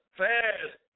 fast